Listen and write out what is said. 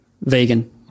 vegan